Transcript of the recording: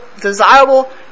desirable